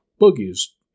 Boogie's